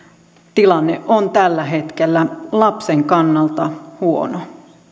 tilanne on tällä hetkellä lapsen kannalta huono